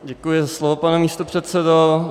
Děkuji za slovo, pane místopředsedo.